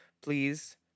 please